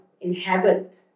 inhabit